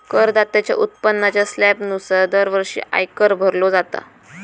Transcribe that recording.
करदात्याच्या उत्पन्नाच्या स्लॅबनुसार दरवर्षी आयकर भरलो जाता